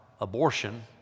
abortion